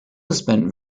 spent